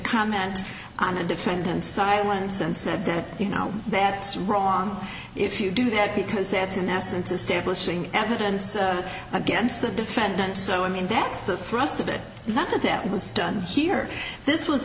comment on a defendant's silence and said that you know that i'm wrong if you do that because that's in essence establishing evidence against the defendant so i mean that's the thrust of it not that that was done here this was